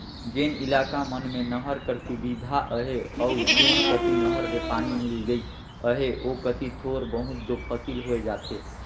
जेन इलाका मन में नहर कर सुबिधा अहे अउ जेन कती नहर ले पानी मिल गइस अहे ओ कती थोर बहुत दो फसिल होए जाथे